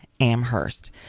Amherst